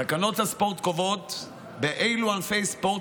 תקנות הספורט קובעות באילו ענפי ספורט